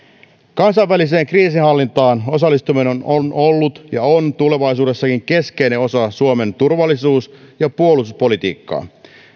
kansainväliseen kriisinhallintaan osallistuminen on on ollut ja on tulevaisuudessakin keskeinen osa suomen turvallisuus ja puolustuspolitiikkaa